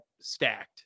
stacked